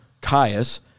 Caius